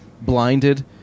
blinded